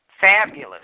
fabulous